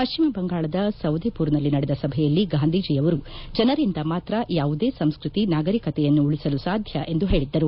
ಪಶ್ಚಿಮ ಬಂಗಾಳದ ಸೌದೇಪುರ್ನಲ್ಲಿ ನಡೆದ ಸಭೆಯಲ್ಲಿ ಗಾಂಧೀಜಿ ಅವರು ಜನರಿಂದ ಮಾತ್ರ ಯಾವುದೇ ಸಂಸ್ಕೃತಿ ನಾಗರಿಕತೆಯನ್ನು ಉಳಿಸಲು ಸಾಧ್ಯ ಎಂದು ಹೇಳಿದ್ದರು